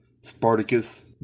Spartacus